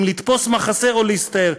אם לתפוס מחסה או להסתער,